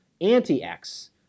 anti-X